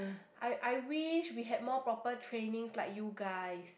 I I wish we had more proper trainings like you guys